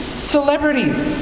celebrities